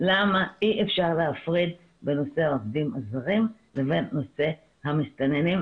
למה אי אפשר להפריד בין נושא העובדים הזרים לבין נושא המסתננים,